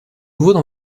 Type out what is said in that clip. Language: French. nouveaux